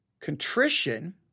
Contrition